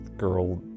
girl